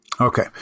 Okay